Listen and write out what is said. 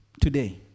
today